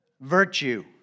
Virtue